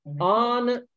on